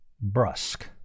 Brusque